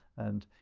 and